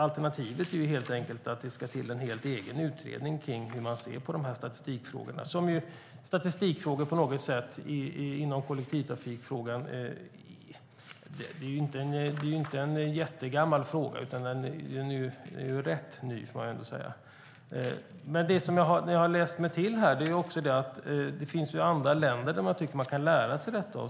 Alternativet är att det ska tillsättas en helt en egen utredning kring hur man ser på statistikfrågorna. Frågan om statistik inom kollektivtrafiken är inte en jättegammal fråga, utan den är rätt ny. Det jag har läst mig till är också att man kan lära sig av andra länder.